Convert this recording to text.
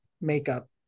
makeup